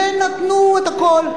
ונתנו את הכול.